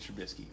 Trubisky